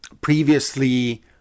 previously